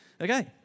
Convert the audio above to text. Okay